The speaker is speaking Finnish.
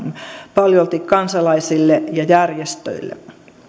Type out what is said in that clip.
paljolti kansalaisille ja järjestöille